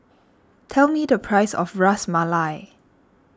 tell me the price of Ras Malai